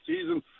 season